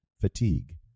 fatigue